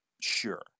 sure